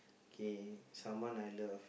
okay someone I love